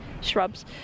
shrubs